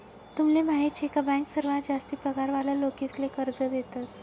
तुमले माहीत शे का बँक सर्वात जास्ती पगार वाला लोकेसले कर्ज देतस